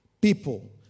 people